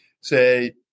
say